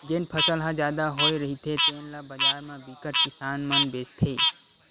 जेन फसल ह जादा होए रहिथे तेन ल बजार म बिकट किसान मन बेचथे